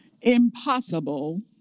Impossible